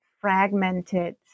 fragmented